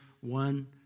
one